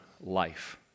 life